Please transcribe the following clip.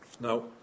Now